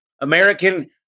American